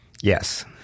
Yes